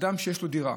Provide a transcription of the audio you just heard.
אדם שיש לו דירה